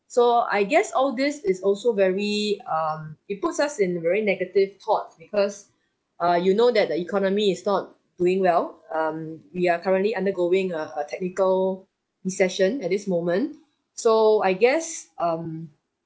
so I guess all this is also very um it puts us in a very negative thoughts because uh you know that the economy is not doing well um we are currently undergoing a a technical recession at this moment so I guess um